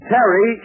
Terry